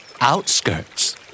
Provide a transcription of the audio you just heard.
Outskirts